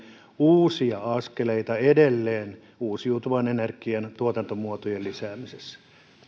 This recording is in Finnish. uusia askeleita edelleen uusiutuvan energian tuotantomuotojen lisäämiseksi